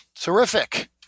terrific